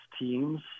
teams